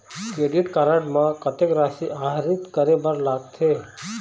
Credit card म कतक राशि आहरित करे बर लगथे?